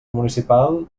municipal